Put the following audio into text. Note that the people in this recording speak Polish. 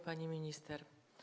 Pani Minister!